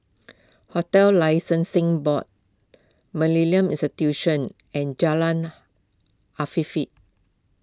Hotels Licensing Board Millennia Institution and Jalan Afifi